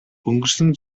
өнгөрсөн